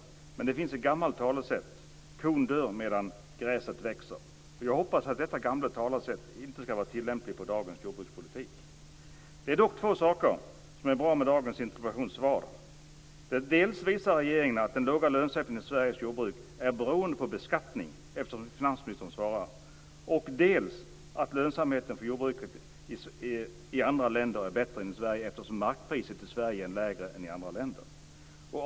Jag hoppas dock att det gamla talesättet att kon dör medan gräset växer inte är tillämpligt på dagens jordbrukspolitik. Det finns emellertid två saker som är bra när det gäller dagens interpellationssvar. Dels visar regeringen att den låga lönsamheten för Sveriges jordbruk är beroende av beskattningen; det är ju finansministern som svarar på min interpellation. Dels är lönsamheten för jordbruket bättre i andra länder än i Sverige eftersom markpriserna i Sverige är lägre än i andra länder.